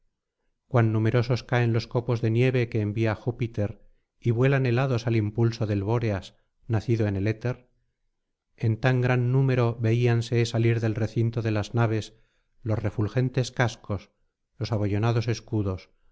cuan numerosos caen los copos de nieve que envía júpiter y vuelan helados al impulso del bóreas nacido en el éter en tan gran número veíanse salir del recinto de las naves los refulgentes cascos los abollonados escudos